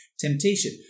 temptation